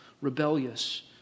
rebellious